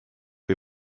või